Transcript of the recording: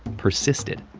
persisted.